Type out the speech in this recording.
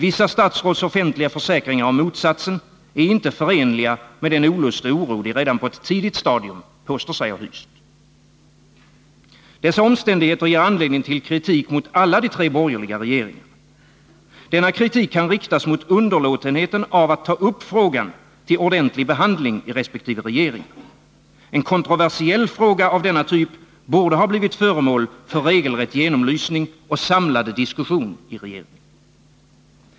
Vissa statsråds offentliga försäkringar om motsatsen är inte förenliga med den olust och oro de redan på ett tidigt stadium påstår sig ha hyst. Dessa omständigheter ger anledning till kritik mot alla de tre borgerliga regeringarna. Denna kritik kan riktas mot underlåtenheten av att ta upp frågan till ordentlig behandling i resp. regeringar. En kontroversiell fråga av denna typ borde ha blivit föremål för regelrätt genomlysning och samlad diskussion i regeringen.